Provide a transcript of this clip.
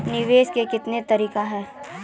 निवेश के कितने तरीका हैं?